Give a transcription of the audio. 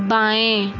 बाएँ